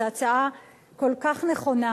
זאת הצעה כל כך נכונה.